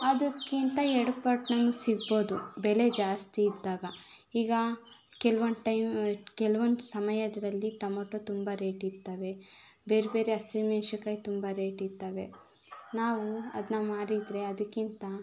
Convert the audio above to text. ಅದಕ್ಕಿಂತ ಎರಡು ಪಟ್ಟು ನಮ್ಗೆ ಸಿಗ್ಬೌದು ಬೆಲೆ ಜಾಸ್ತಿ ಇದ್ದಾಗ ಈಗ ಕೆಲ್ವೊಂದು ಟೈಮ್ ಕೆಲ್ವೊಂದು ಸಮಯದಲ್ಲಿ ಟೊಮೆಟೋ ತುಂಬ ರೇಟ್ ಇರ್ತವೆ ಬೇರೆ ಬೇರೆ ಹಸಿಮೆಣ್ಸಿನ್ಕಾಯಿ ತುಂಬ ರೇಟ್ ಇರ್ತವೆ ನಾವು ಅದನ್ನ ಮಾರಿದರೆ ಅದಕ್ಕಿಂತ